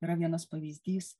yra vienas pavyzdys